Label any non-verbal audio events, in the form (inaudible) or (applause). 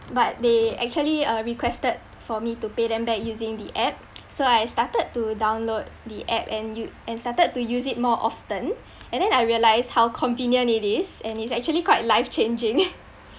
but they actually uh requested for me to pay them back using the app so I started to download the app and use and started to use it more often and then I realised how convenient it is and it's actually quite life-changing (noise)